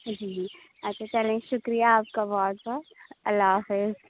جی اچھا چلیں شُکریہ آپ کا بہت بہت اللہ حافظ